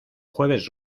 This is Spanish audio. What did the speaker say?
jueves